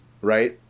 Right